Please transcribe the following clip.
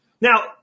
Now